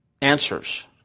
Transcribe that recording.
answers